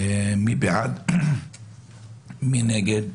מי בעד, מי נגד.